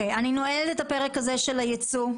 אני נועלת את הפרק הזה של הייצוא.